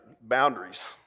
boundaries